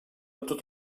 tot